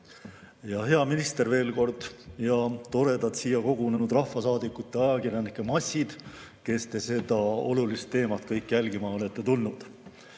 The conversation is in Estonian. Hea minister veel kord ja toredad siia kogunenud rahvasaadikute ja ajakirjanike massid, kes te seda olulist teemat kõik jälgima olete tulnud!